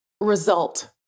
Result